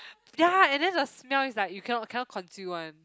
ya and then the smell is like you cannot cannot consume one